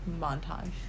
montage